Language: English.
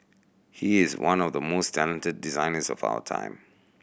he is one of the most talented designers of our time